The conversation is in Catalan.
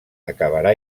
acabarà